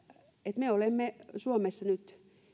että me olemme suomessa nyt